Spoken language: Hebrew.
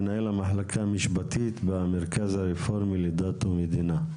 מנהל המחלקה משפטית במרכז הרפורמי לדת ומדינה.